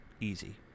Easy